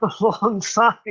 alongside